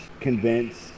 convinced